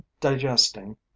digesting